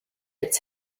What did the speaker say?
its